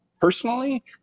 personally